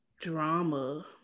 drama